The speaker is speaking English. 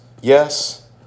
yes